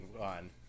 on